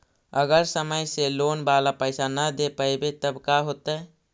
अगर समय से लोन बाला पैसा न दे पईबै तब का होतै?